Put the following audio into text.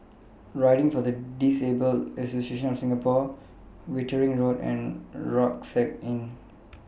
Riding For The Disabled Association of Singapore Wittering Road and Rucksack Inn